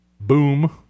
boom